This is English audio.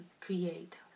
create